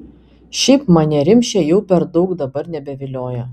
šiaip mane rimšė jau per daug dabar nebevilioja